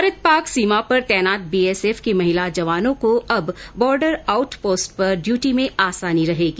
भारत पाक सीमा पर तैनात बीएसएफ की महिला जवानों को अब बोर्डर आउट पोस्ट पर ड्यूटी में आसानी रहेगी